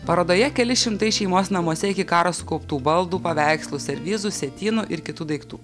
parodoje keli šimtai šeimos namuose iki karo skobtų baldų paveikslų servizų sietynų ir kitų daiktų